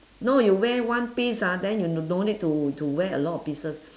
no you wear one piece ah then you don't need to to wear a lot of pieces